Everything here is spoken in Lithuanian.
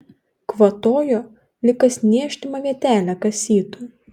kvatojo lyg kas niežtimą vietelę kasytų